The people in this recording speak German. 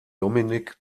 dominik